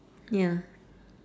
ya